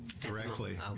Directly